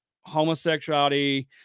homosexuality